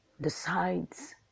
decides